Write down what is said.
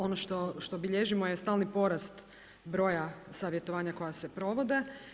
Ono što bilježimo je stalni porast broja savjetovanja koja se provode.